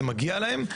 זה מגיע להם.